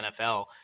NFL